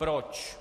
Proč?